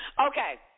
Okay